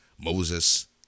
Moses